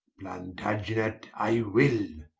plantaginet i will,